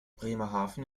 bremerhaven